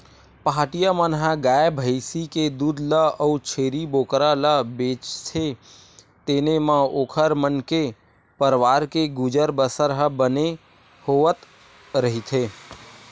पहाटिया मन ह गाय भइसी के दूद ल अउ छेरी बोकरा ल बेचथे तेने म ओखर मन के परवार के गुजर बसर ह बने होवत रहिथे